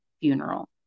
funeral